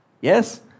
Yes